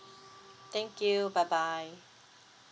thank you bye bye